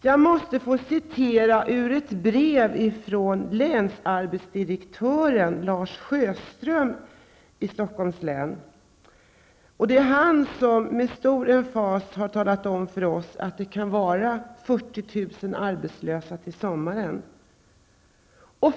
Jag måste få citera ur ett brev från länsarbetsdirektören Lars Sjöström i Stockholms län. Det är han som med stor emfas har talat om för oss att det kan vara 40 000 arbetslösa i länet till sommaren.